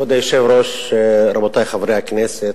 כבוד היושב-ראש, רבותי חברי הכנסת,